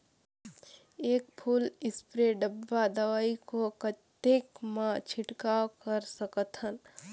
एक full spray डब्बा दवाई को कतेक म छिड़काव कर सकथन?